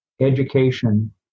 education